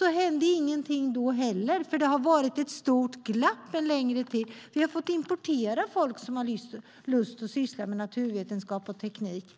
Ingenting hände då heller. Det har varit ett stort glapp under en längre tid. Vi har fått importera folk som har lust att syssla med naturvetenskap och teknik.